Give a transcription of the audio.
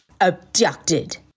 Abducted